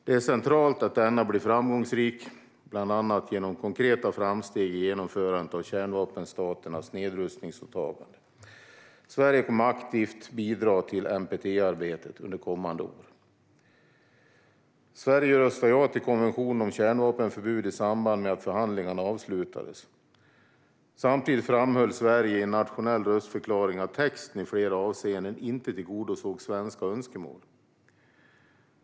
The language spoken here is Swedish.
Det är centralt att denna blir framgångsrik, bland annat genom konkreta framsteg i genomförandet av kärnvapenstaternas nedrustningsåtaganden. Sverige kommer att aktivt bidra till NPT-arbetet kommande år. Sverige röstade ja till konventionen om kärnvapenförbud i samband med att förhandlingarna avslutades. Samtidigt framhöll Sverige i en nationell röstförklaring att texten i flera avseenden inte tillgodosåg svenska önskemål.